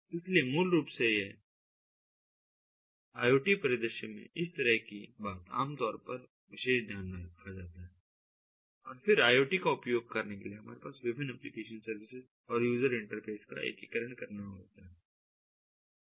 इसलिए यह मूल रूप से IoT परिदृश्य में इस तरह की बात का आमतौर पर विशेष ध्यान रखा जाता है और फिर IoT का उपयोग करने के लिए हमारे पास विभिन्न एप्लिकेशन सर्विसेज और यूजर इंटरफ़ेस का एकीकरण करना होता है